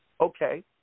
Okay